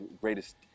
greatest